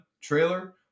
trailer